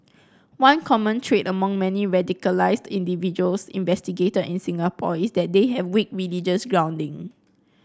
one common trait among many radicalised individuals investigated in Singapore is that they have weak religious grounding